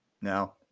No